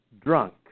drunk